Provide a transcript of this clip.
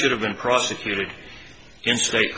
should have been prosecuted in state